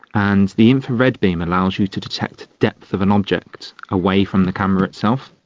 and the infrared beam allows you to detect depth of an object away from the camera itself.